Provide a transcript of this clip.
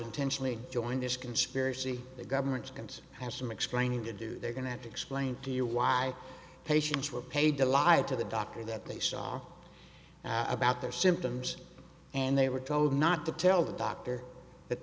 intentionally join this conspiracy the government is going to have some explaining to do they're going to have to explain to you why patients were paid to lie to the doctor that they saw about their symptoms and they were told not to tell the doctor that